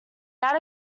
that